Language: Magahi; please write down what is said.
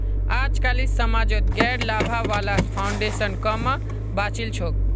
अजकालित समाजत गैर लाभा वाला फाउन्डेशन क म बचिल छोक